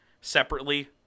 separately